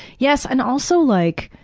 yes and also like,